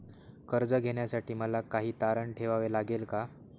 कर्ज घेण्यासाठी मला काही तारण ठेवावे लागेल का?